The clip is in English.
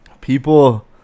people